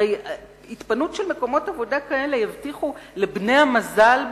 הרי התפנות של מקומות עבודה כאלה תבטיח ל"בני המזל"